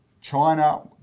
China